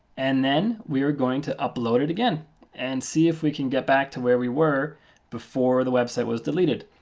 and then we are going to upload it again and see if we can get back to where we were before the website was deleted.